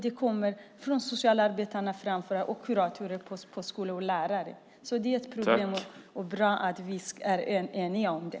Det framförs från socialarbetare och kuratorer och lärare på skolor. Det är ett problem, och det är bra att vi är eniga om det.